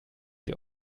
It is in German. sie